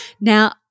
now